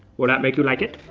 will that make you like it?